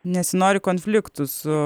nesinori konfliktų su